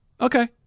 okay